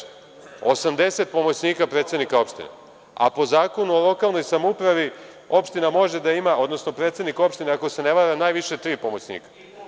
Osamdeset pomoćnika predsednika opštine, a po Zakonu o lokalnoj samoupravi opština može da ima, predsednik opštine ako se ne varam najviše tri pomoćnika.